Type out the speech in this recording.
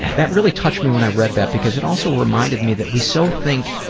and that really touched me when i read that because it also reminded me that we so think